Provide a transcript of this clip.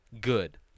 good